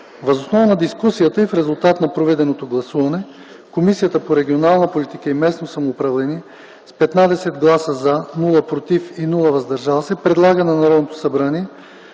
Въз основа на дискусията и в резултат на проведеното гласуване Комисията по регионална политика и местно самоуправление с 15 гласа „за”, 0 гласа „против” и 0 гласа „въздържал се” предлага на Народното събрание